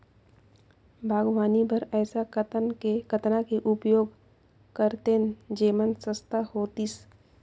बागवानी बर ऐसा कतना के उपयोग करतेन जेमन सस्ता होतीस?